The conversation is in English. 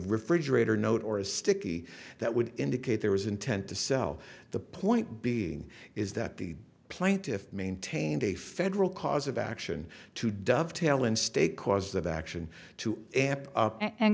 refrigerator note or a sticky that would indicate there was intent to sell the point being is that the plaintiffs maintained a federal cause of action to dovetail and state cause of action to